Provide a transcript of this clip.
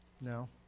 No